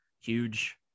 huge